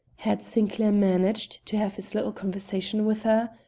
had sinclair managed to have his little conversation with her?